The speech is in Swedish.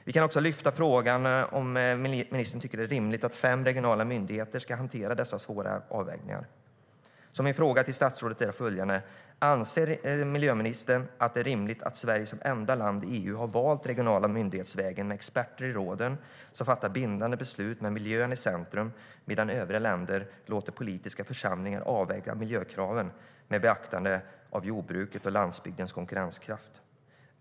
Vi kan också lyfta frågan om huruvida ministern tycker att det är rimligt att fem regionala myndigheter ska hantera dessa svåra avvägningar. Min fråga till statsrådet är följande: Anser miljöministern att det är rimligt att Sverige som enda land i EU har valt vägen med regionala myndigheter och experter i råden som fattar bindande beslut med miljön i centrum? Övriga länder låter politiska församlingar avväga miljökraven med beaktande av jordbruket och landsbygdens konkurrenskraft.